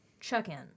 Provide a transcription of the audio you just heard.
check-in